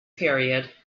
period